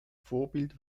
vorbild